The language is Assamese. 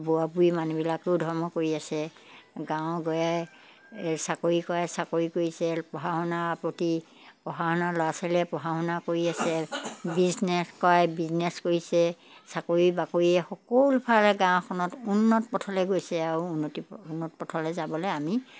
বুঢ়া বুঢ়ী মানুহবিলাকেও ধৰ্ম কৰি আছে গাঁৱৰ গঞাই চাকৰি কৰাই চাকৰি কৰিছে পঢ়া শুনা প্ৰতি পঢ়া শুনা ল'ৰা ছোৱালীয়ে পঢ়া শুনা কৰি আছে বিজনেছ কৰাই বিজনেছ কৰিছে চাকৰি বাকৰিয়ে সকলো ফালে গাঁওখনত উন্নত পথলৈ গৈছে আৰু উন্নতি উন্নত পথলৈ যাবলৈ আমি